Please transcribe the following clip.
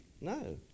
No